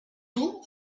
dur